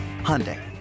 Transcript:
Hyundai